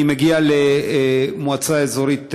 אני מגיע למועצה האזורית מטה-אשר,